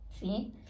see